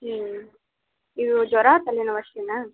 ಹ್ಞೂ ಇದು ಜ್ವರ ತಲೆನೋವು ಅಷ್ಟೆನಾ